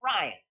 Ryan